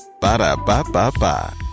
Ba-da-ba-ba-ba